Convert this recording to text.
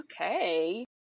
Okay